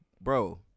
bro